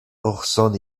urson